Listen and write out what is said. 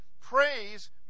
Praise